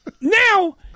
Now